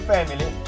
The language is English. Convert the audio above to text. Family